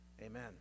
Amen